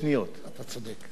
אתה צודק.